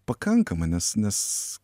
pakankama nes nes